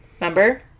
Remember